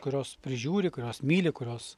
kurios prižiūri kurios myli kurios